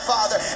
Father